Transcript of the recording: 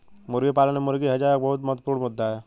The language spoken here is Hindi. मुर्गी पालन में मुर्गी हैजा एक बहुत महत्वपूर्ण मुद्दा है